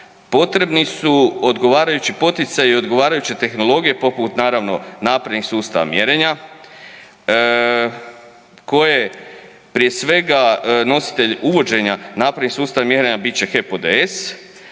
potrebni su odgovarajući poticaji i odgovarajuće tehnologije poput naravno naprednih sustava mjerenja koje prije svega nositelj uvođenja naprednih sustava mjerenja bit će HEP ODS,